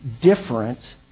different